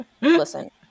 listen